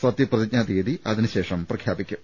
സത്യ പ്രതിജ്ഞാ തിയ്യതി അതിനുശേഷം തീരുമാനിക്കും